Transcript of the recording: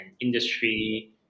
industry